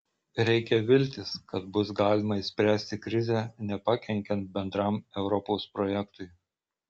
reikia viltis kad bus galima išspręsti krizę nepakenkiant bendram europos projektui